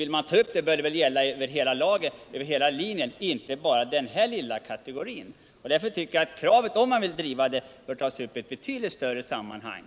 Men om man tar upp frågan så bör det väl gälla över hela linjen, inte bara kategorin vapenfria tjänstepliktiga. Jag tycker att kravet, om man vill driva det, bör tas upp i ett betydligt större sammar.hang.